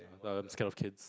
err this kind of kids